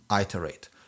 Iterate